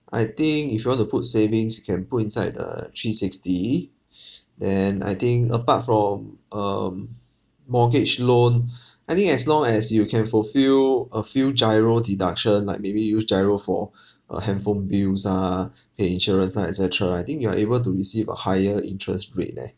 I think if you want to put savings you can put inside the three sixty then I think apart from um mortgage loan I think as long as you can fulfil a few giro deduction like maybe use giro for uh handphone bills ah pay insurance ah et cetera I think you are able to receive a higher interest rate leh